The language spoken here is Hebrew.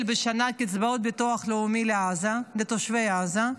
בשנה קצבאות ביטוח לאומי לתושבי עזה.